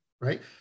right